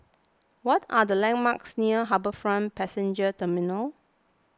what are the landmarks near HarbourFront Passenger Terminal